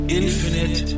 infinite